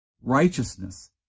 righteousness